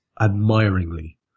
admiringly